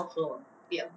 你要喝 mah